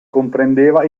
comprendeva